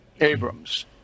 abrams